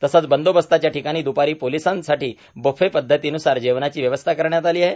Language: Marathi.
तसंच बंदोबस्ताच्या ठिकाणी दुपारी पोलीसांसाठी बफे पध्दतीनुसार जेवणाची व्यवस्था करण्यात आली आहे